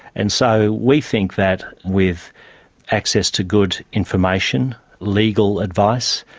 and so we think that with access to good information, legal advice,